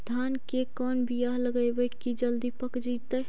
धान के कोन बियाह लगइबै की जल्दी पक जितै?